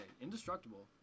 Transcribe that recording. Indestructible